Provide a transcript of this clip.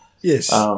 Yes